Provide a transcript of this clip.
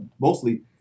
mostly